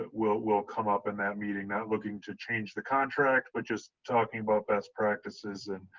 ah will will come up in that meeting. not looking to change the contract, but just talking about best practices, and